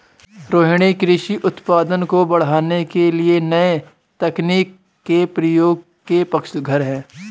रोहिनी कृषि उत्पादन को बढ़ाने के लिए नए तकनीक के प्रयोग के पक्षधर है